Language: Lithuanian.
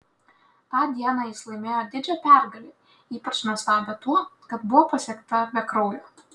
tą dieną jis laimėjo didžią pergalę ypač nuostabią tuo kad buvo pasiekta be kraujo